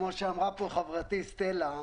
כמו שאמרה פה חברתי סטלה,